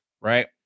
right